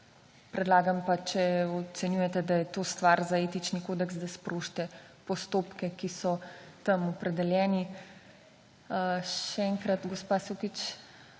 Predlagam pa, če ocenjujete, da je to stvar za etični kodeks, da sprožite postopke, ki so tam opredeljeni. Še enkrat, gospa Sukič.